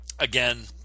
Again